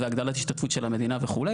הגדלת ההשתתפות של המדינה וכו'.